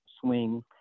swing